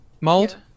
mold